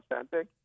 authentic